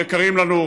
יקרים לנו.